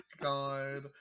god